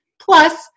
plus